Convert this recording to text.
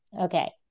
Okay